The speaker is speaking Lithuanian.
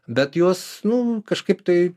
bet jos nu kažkaip tai